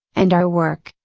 and our work,